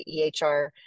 EHR